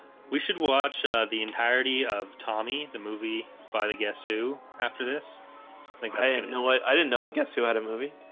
we should watch the entirety of tommy the movie by the guests who after this like i ain't know what i didn't know they gets to add a movie.